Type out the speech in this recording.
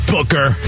Booker